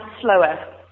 slower